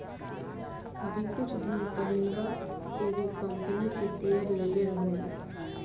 अभी कुछ दिन पहिलवा एगो कंपनी के शेयर लेले रहनी